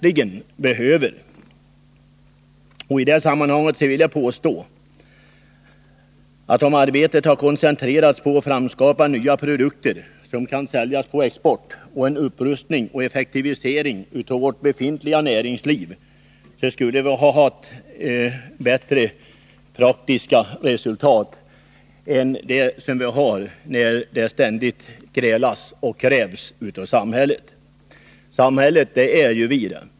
I det sammanhanget vill jag påstå att om arbetet hade koncentrerats på att framskapa nya produkter som kan säljas på export och på upprustning och effektivisering av vårt befintliga näringsliv, skulle vi ha uppnått bättre praktiska resultat än vad som skett när det ständigt grälas och krävs av samhället. Samhället är ju vi.